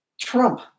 Trump